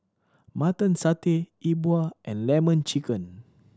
Mutton Satay E Bua and Lemon Chicken